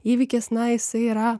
įvykis na jisai yra